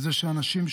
וזה שאנשים,